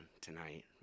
tonight